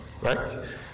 right